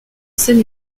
scène